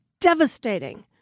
devastating